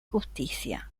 justicia